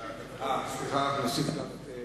תוסיף גם אותי.